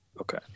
Okay